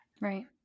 right